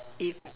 if